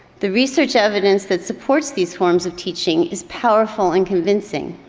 the research evidence that supports these forms of teaching is powerful and convincing.